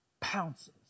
Pounces